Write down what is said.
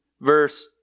verse